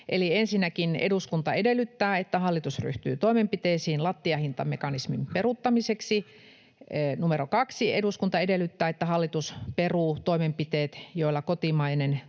Ensinnäkin: ”Eduskunta edellyttää, että hallitus ryhtyy toimenpiteisiin lattiahintamekanismin peruuttamiseksi.” Numero 2: ”Eduskunta edellyttää, että hallitus peruu toimenpiteet, joilla kotimainen